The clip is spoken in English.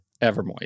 Evermoist